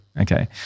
okay